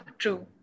true